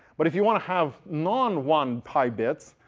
but if you want to have non one high bits,